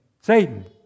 Satan